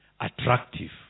attractive